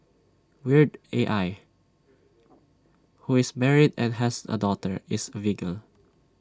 weird A L who is married and has A daughter is A vegan